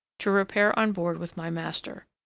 to repair on board with my master.